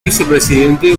vicepresidente